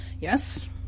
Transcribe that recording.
Yes